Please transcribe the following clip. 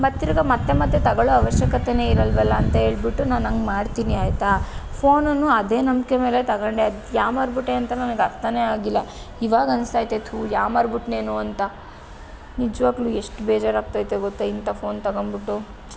ಮತ್ತಿರ್ಗ ಮತ್ತೆ ಮತ್ತೆ ತಗೋಳೊ ಅವಶ್ಯಕತೆಯೇ ಇರಲ್ವಲ್ಲ ಅಂತೇಳ್ಬಿಟ್ಟು ನಾನಂಗೆ ಮಾಡ್ತೀನಿ ಆಯಿತಾ ಫೋನುನು ಅದೇ ನಂಬಿಕೆ ಮೇಲೆ ತಗೊಂಡೆ ಅದು ಯಾಮಾರಿಬಿಟ್ಟೆ ಅಂತ ನನಗೆ ಅರ್ಥವೇ ಆಗಿಲ್ಲ ಈವಾಗ ಅನ್ಸ್ತೈತೆ ಥು ಯಾಮಾರ್ಬಿಟ್ನೇನೋ ಅಂತ ನಿಜವಾಗಲೂ ಎಷ್ಟು ಬೇಜಾರಾಗ್ತೈತೆ ಗೊತ್ತಾ ಇಂಥ ಫೋನ್ ತಗೊಂಬಿಟ್ಟು